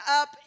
up